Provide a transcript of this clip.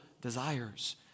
desires